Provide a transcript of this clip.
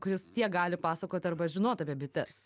kuris tiek gali pasakot arba žinot apie bites